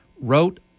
wrote